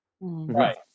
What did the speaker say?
Right